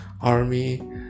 army